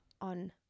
on